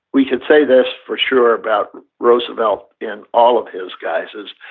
we could say this for sure about roosevelt in all of his guises,